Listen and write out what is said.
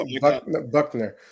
Buckner